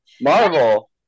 Marvel